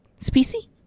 species